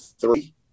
three